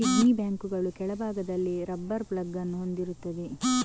piggy ಬ್ಯಾಂಕುಗಳು ಕೆಳಭಾಗದಲ್ಲಿ rubber plug ಅನ್ನು ಹೊಂದಿರುತ್ತವೆ